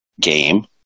game